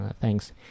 thanks